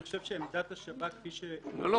אני חושב שעמדת השב"כ --- לא,